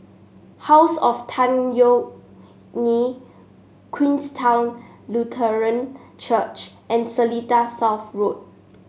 house of Tan Yeok Nee Queenstown Lutheran Church and Seletar South Road